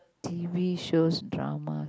t_v shows dramas